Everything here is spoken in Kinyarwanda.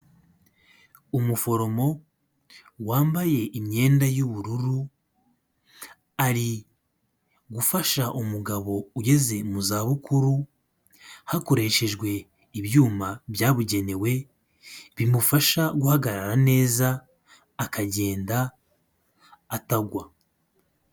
Umuforomo wambaye imyenda y'ubururu, arigufasha umugabo ugeze mu za bukuru hakoreshejwe ibyuma byabugenewe bimufasha guhagarara neza akagenda atagwa.